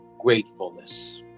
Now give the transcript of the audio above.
gratefulness